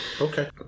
Okay